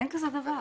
אין כזה דבר.